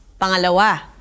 Pangalawa